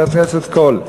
חברת הכנסת קול,